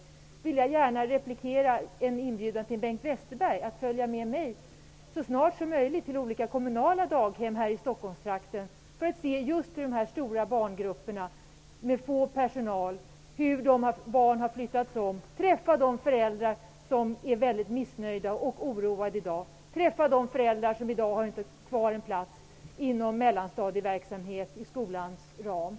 Jag vill då gärna replikera en inbjudan till Bengt Westerberg att så snart som möjligt följa med mig till olika kommunala daghem här i Stockholmstrakten för att se just de stora barngrupperna med fåtalig personal, för att se hur barn har flyttats om, för att träffa föräldrar som i dag är väldigt missnöjda och oroade och träffa de föräldrar som i dag inte har kvar någon plats på mellanstadieverksamheten inom skolans ram.